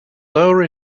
lower